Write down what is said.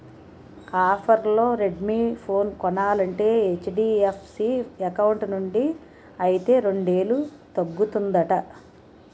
ఆఫర్లో Redmi phone కొనాలంటే HDFC account నుండి అయితే రెండేలు తగ్గుతుందట